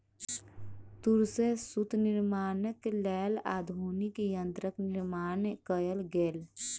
तूर सॅ सूत निर्माणक लेल आधुनिक यंत्रक निर्माण कयल गेल